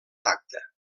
tacte